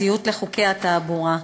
ציות לחוקי התעבורה.